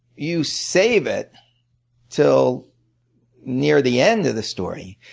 you save it until near the end of the story.